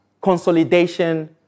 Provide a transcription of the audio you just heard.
consolidation